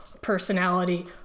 personality